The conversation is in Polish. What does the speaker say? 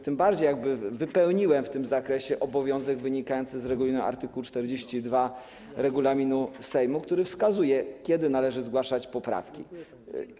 Tym bardziej wypełniłem w tym zakresie obowiązek wynikający z art. 42 regulaminu Sejmu, który wskazuje, kiedy należy zgłaszać poprawki.